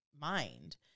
mind